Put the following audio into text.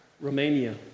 Romania